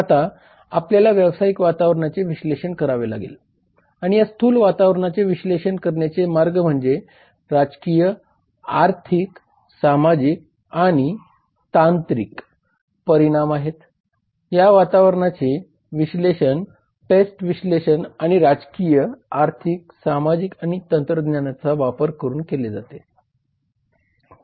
आता आपल्याला व्यावसायिक वातावरणाचे विश्लेषण करावे लागेल आणि या स्थूल वातावरणाचे विश्लेषण करण्याचे मार्ग म्हणजे राजकीय आर्थिक सामाजिक आणि तांत्रिक परिमाण आहेत या वातावरणाचे विश्लेषण PEST विश्लेषण आणि राजकीय आर्थिक सामाजिक आणि तंत्रज्ञानाचा वापर करून केले जाते